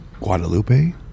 Guadalupe